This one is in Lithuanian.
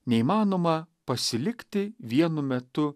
neįmanoma pasilikti vienu metu